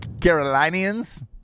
Carolinians